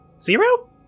Zero